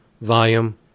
volume